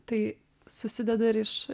tai susideda ir iš